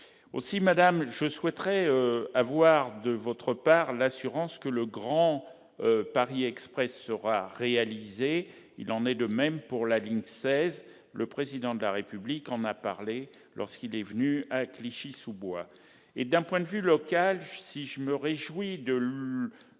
la ministre, je souhaite avoir de votre part l'assurance que le projet du Grand Paris Express sera réalisé. Il en est de même pour la ligne 16, dont le Président de la République a parlé lorsqu'il est venu à Clichy-sous-Bois. D'un point de vue local, si je me réjouis de l'ouverture